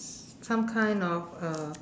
some kind of a